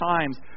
times